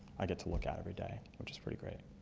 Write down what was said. i get to look at every day, which is pretty great.